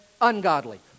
ungodly